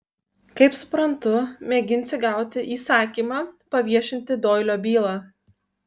kaip suprantu mėginsi gauti įsakymą paviešinti doilio bylą